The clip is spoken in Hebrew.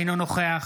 אינו נוכח